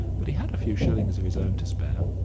but he had a few shillings of his own to spare.